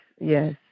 Yes